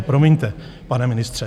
Promiňte, pane ministře.